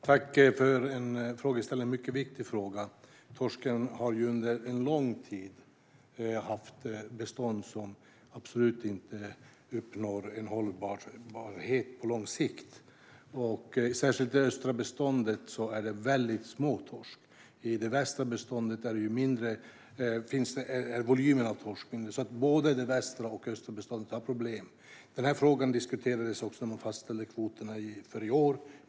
Herr talman! Tack för en mycket viktig fråga! Torsken har under en lång tid haft bestånd som absolut inte uppnår en hållbarhet på lång sikt. I särskilt det östra beståndet är det väldigt små torskar. I det västra beståndet är volymen av torsk mindre. Både det västra och det östra beståndet har problem. Den här frågan diskuterades när man i fjol fastställde kvoterna för i år.